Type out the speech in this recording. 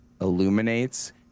illuminates